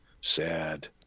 sad